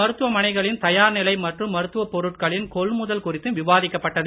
மருத்துவமனைகளின் தயார்நிலை மற்றும் மருத்துவப் பொருட்களின் கொள்முதல் குறித்தும் விவாதிக்கப் பட்டது